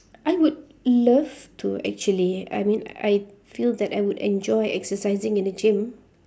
I would love to actually I mean I feel that I would enjoy exercising in a gym